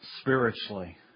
spiritually